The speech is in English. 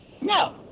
No